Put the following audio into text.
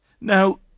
Now